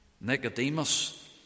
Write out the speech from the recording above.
Nicodemus